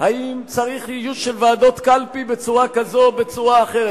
אם צריך איוש של ועדות קלפי בצורה כזאת או בצורה אחרת.